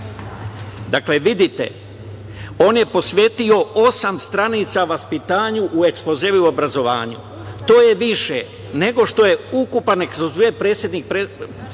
Dakle, vidite, on je posvetio osam stranica vaspitanju u ekspozeu i obrazovanju. To je više nego što je ukupan ekspoze prethodnih predsednika